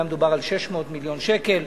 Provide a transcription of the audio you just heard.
היה מדובר על 600 מיליון שקל,